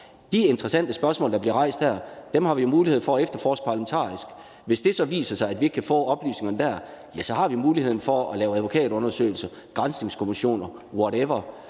De interessante spørgsmål, der bliver rejst her, har vi mulighed for at efterforske parlamentarisk. Hvis det så viser sig, at vi ikke kan få oplysningerne der, så har vi muligheden for at lave advokatundersøgelser, granskningskommissioner – whatever